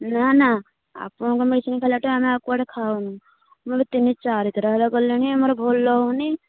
ନା ନା ଆପଣଙ୍କ ମେଡିସିନ୍ ଖାଇଲାଠୁ ଆଉ କୁଆଡ଼େ ଖାଉନି ମୁଁ ତିନି ଚାରିଥର ହେଲା ଗଲିଣି ଆମର ଭଲ ହେଉନି